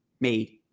made